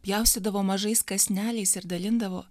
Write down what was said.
pjaustydavo mažais kąsneliais ir dalindavo